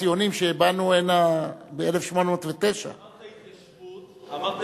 הציונים, שבאנו הנה ב-1809, אמרת התיישבות,